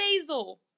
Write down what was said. basil